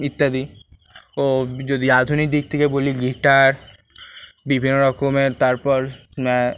ইত্যাদি ও যদি আধুনিক দিক থেকে বলি গিটার বিভিন্ন রকমের তারপর